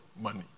money